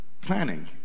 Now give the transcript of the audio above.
planning